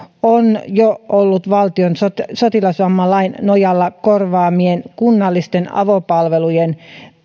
on jo ollut valtion sotilasvammalain nojalla korvattavien kunnallisten avopalvelujen